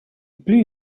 plü